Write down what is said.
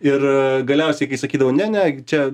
ir galiausiai kai sakydavau ne ne čia